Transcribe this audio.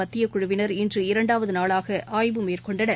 மத்தியக்குழுவினர் இன்று இரண்டாவது நாளாக ஆய்வு மேற்கொண்டனர்